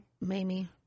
Mamie